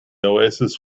oasis